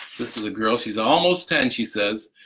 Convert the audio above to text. this is a girl she's, almost ten, she says,